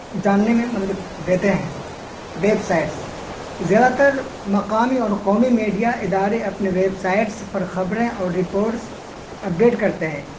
جاننے میں مدد دیتے ہیں ویب سائٹس زیادہ تر مقامی اور قومی میڈیا ادارے اپنے ویب سائڈس پر خبریں اور رپوٹس اپڈیٹ کرتے ہیں